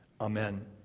Amen